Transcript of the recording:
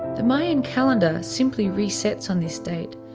the mayan calendar simply resets on this date,